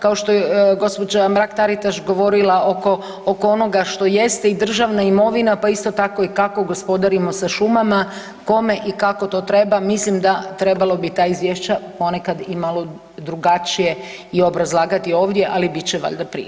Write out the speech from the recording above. Kao što je gospođa Mrak TAritaš govorila oko onoga što jeste i državna imovina pa isto tako i kako gospodarimo sa šumama, kako i kome to treba, mislim da trebalo bi ta izvješća ponekad i malo drugačije i obrazlagati i ovdje, ali bit će valjda prilike.